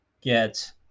get